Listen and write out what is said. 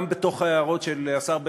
גם בתוך ההערות של השר בגין,